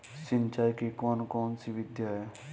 सिंचाई की कौन कौन सी विधियां हैं?